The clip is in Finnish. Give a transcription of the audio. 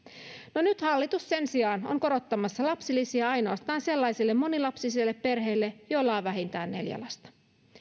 no nyt hallitus sen sijaan on korottamassa lapsilisiä ainoastaan sellaisille monilapsisille perheille joilla on vähintään neljä lasta